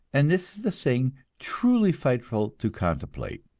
and this is the thing truly frightful to contemplate.